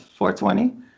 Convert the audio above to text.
$420